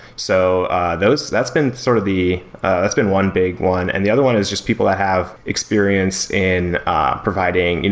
so that's been sort of the that's been one big one, and the other one is just people that have experience in ah providing, you know